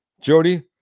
Jody